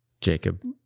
Jacob